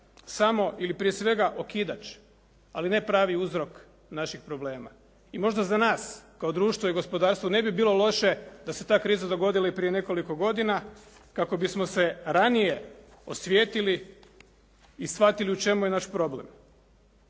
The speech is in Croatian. samo, ili prije svega okidač, ali ne pravi uzrok naših problema i možda za nas kao društvo i gospodarstvo ne bi bilo loše da se ta kriza dogodila i prije nekoliko godina kako bismo se ranije osvijestili i shvatili u čemu je naš problem.